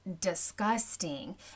disgusting